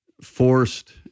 forced